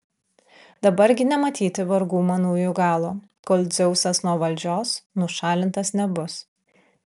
dabar gi nematyti vargų manųjų galo kol dzeusas nuo valdžios nušalintas nebus